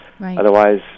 Otherwise